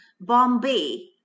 bombay